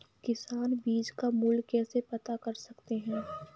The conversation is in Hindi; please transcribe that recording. किसान बीज का मूल्य कैसे पता कर सकते हैं?